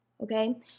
okay